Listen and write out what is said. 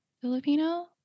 Filipino